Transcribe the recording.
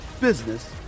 business